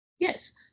Yes